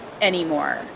anymore